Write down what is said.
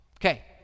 Okay